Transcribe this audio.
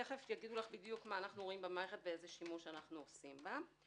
תכף יגידו לך בדיוק מה אנו רואים במערכת ואיזה שימוש אנחנו עושים בה,